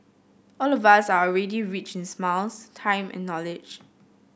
all of us are already rich in smiles time and knowledge